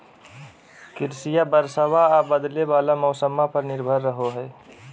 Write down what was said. कृषिया बरसाबा आ बदले वाला मौसम्मा पर निर्भर रहो हई